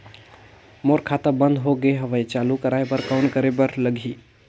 मोर खाता बंद हो गे हवय चालू कराय बर कौन करे बर लगही?